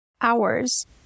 hours